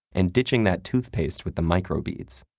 and ditching that toothpaste with the microbeads.